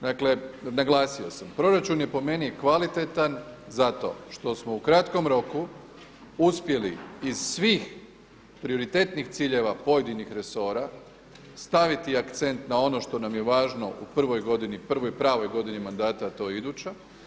Dakle, naglasio sam proračun je po meni kvalitetan zato što smo u kratkom roku uspjeli ih svih prioritetnih ciljeva pojedinih resora staviti akcent na on što nam je važno u prvoj godini, prvoj pravoj godini mandata, a to je iduća.